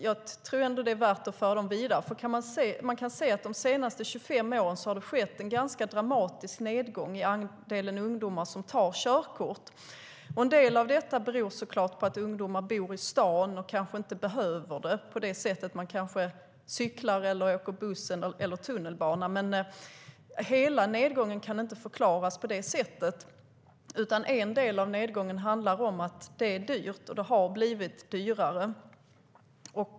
Man kan se att det under de senaste 25 åren har skett en ganska dramatisk nedgång i andelen ungdomar som tar körkort. En del av detta beror på att ungdomar bor i stan och kanske inte behöver det. De kanske cyklar eller åker buss eller tunnelbana, men hela nedgången kan inte förklaras på det sättet. En del av nedgången handlar om att det har blivit dyrare.